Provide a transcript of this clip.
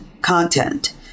content